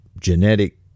genetic